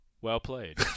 Well-played